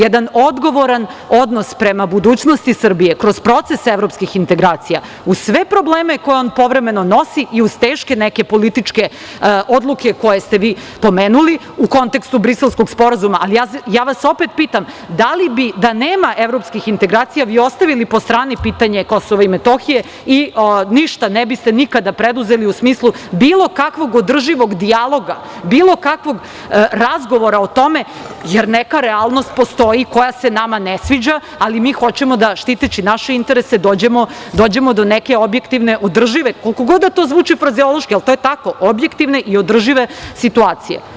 Jedan odgovoran odnos prema budućnosti Srbije kroz procese evropskih integracija uz sve probleme koje on povremeno nosi i uz teške neke političke odluke, koje ste vi pomenuli, u kontekstu Briselskog sporazuma, ali ja vas opet pitam da li bi da nema evropskih integracija vi ostavili po strani pitanje Kosova i Metohije i ništa ne biste nikada preduzeli u smislu bilo kakvog održivog dijaloga, bilo kakvog razgovora o tome, jer neka realnost postoji koja se nama ne sviđa, ali mi hoćemo da štiteći naše interese dođemo do neke objektivne, održive, koliko god da to zvuči frazeološki, ali to je tako, objektivne i održive situacije.